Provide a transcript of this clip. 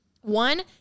One